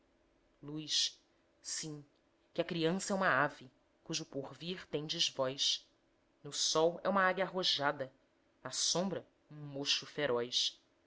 luz sim que a criança é uma ave cujo porvir tendes vós no sol é uma águia arrojada na sombra um mocho feroz